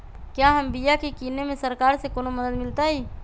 क्या हम बिया की किने में सरकार से कोनो मदद मिलतई?